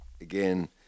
again